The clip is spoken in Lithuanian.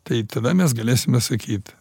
tai tada mes galėsime sakyt